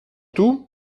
tout